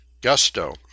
gusto